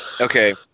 okay